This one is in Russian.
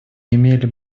имели